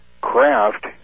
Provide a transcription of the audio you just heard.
craft